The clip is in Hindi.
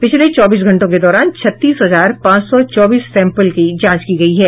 पिछले चौबीस घंटों के दौरान छत्तीस हजार पांच सौ चौबीस सैम्पल की जांच की गयी है